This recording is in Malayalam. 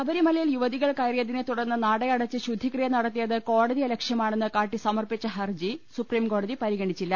ശബരിമലയിൽ യുവതികൾ കയറിയതിനെ തുടർന്ന് നടയടച്ച് ശുദ്ധി ക്രിയ നടത്തിയത് കോടതിയലക്ഷ്യമാണെന്ന് കാട്ടി സമർപ്പിച്ച ഹർജി സുപ്രിംകോടതി പരിഗണിച്ചില്ല